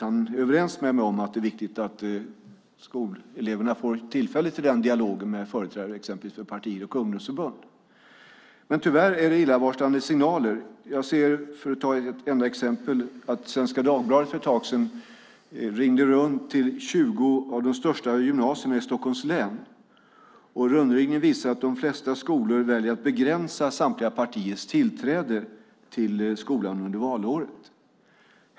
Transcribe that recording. Han är överens med mig om att det är viktigt att skoleleverna får tillfälle till den dialogen med företrädare för exempelvis partier och ungdomsförbund. Men tyvärr kommer illavarslande signaler. Svenska Dagbladet ringde för ett tag sedan runt till 20 av de största gymnasierna i Stockholms län. Rundringningen visade att de flesta skolor väljer att begränsa samtliga partiers tillträde till skolan under valåret.